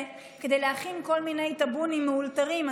כדי להכין כל מיני טאבונים מאולתרים,